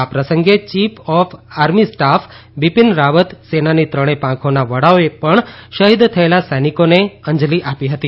આ પ્રસંગે chief of army staff Bipin Rawat સેનાની ત્રણેય પાંખોના વડાઓએ પણ શહિદ થયેલા સૈનિકોને અંજલી આપી હતી